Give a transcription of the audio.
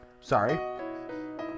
sorry